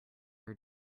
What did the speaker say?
are